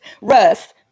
Russ